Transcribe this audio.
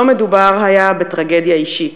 לא מדובר היה בטרגדיה אישית,